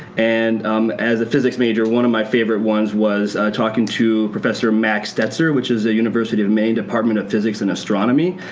and as a physics major one of my favorite ones was talking to professor mac stetzer, which is in university of maine department of physics and astronomy.